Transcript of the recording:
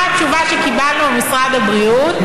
מה התשובה שקיבלנו ממשרד הבריאות?